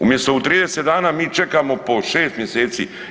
Umjesto u 30 dana, mi čekamo po 6 mjeseci.